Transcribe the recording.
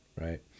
right